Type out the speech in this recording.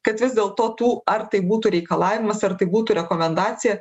kad vis dėlto tų ar tai būtų reikalavimas ar tai būtų rekomendacija